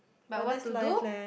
but what to do